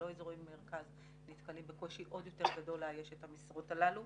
במרכז נתקלים בקושי עוד יותר גדול לאייש את המשרות הללו.